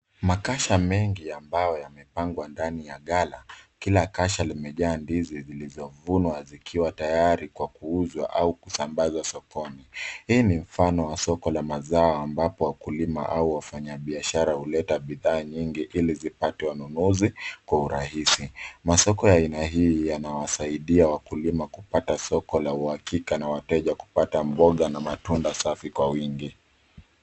Makasha mengi ya mbao yamepangwa ndani ya ghala, kila kasha limejaa ndizi zilizovunwa zikiwa tayari kuuzwa au kusambazwa sokoni. Hii ni mfano wa soko la mazao ambapo wakulima au wafanya biashara huleta bidhaa nyingi ili zipate wanunuzi kwa urahisi. Masoko ya aina hii yanawasaidia wakulima kupata soko la uhakika na wateja kupata mboga na matunda safi kwa wingi.